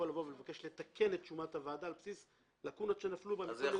לבוא ולבקש לתקן את שומת הוועדה על בסיס לקונות שנפלו בה.